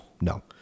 No